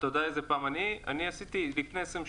כשאני לקחתי תלמיד וידעתי שלוקח לי חצי